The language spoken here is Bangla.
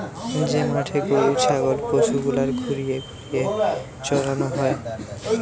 যে মাঠে গরু ছাগল পশু গুলার ঘুরিয়ে ঘুরিয়ে চরানো হয়